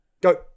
go